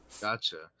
gotcha